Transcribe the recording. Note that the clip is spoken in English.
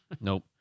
Nope